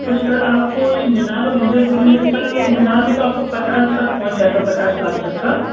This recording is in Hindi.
तो सर आपको ये मिनाल और इंद्रपुरी में सर मिनाल में तो आपको पचास तक पहुँच जाएगा पचास लाख तक का